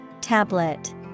Tablet